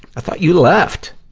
i thought you left.